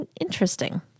interesting